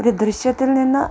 ഒരു ദൃശ്യത്തിൽ നിന്ന്